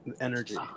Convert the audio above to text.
energy